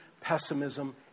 pessimism